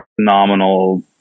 phenomenal